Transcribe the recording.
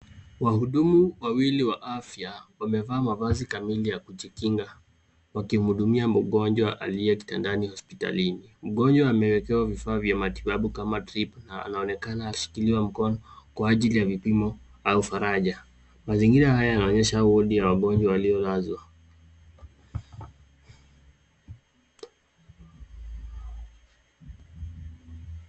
Wahudumu wawili wa afya wamevaa mavazi kamili ya kujikinga wakimhudumia mgonjwa aliye kitandani hospitalini. Mgonjwa amewekewa vifaa vya kimatibabu kama drip na anaonekana akishikiliwa mkono kwa ajili ya vipimo au farajah. Mazingira haya yanaonyesha wodi ya wagonjwa waliolazwa.